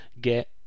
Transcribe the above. get